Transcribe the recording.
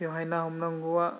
बेवहाय ना हमनांगौआ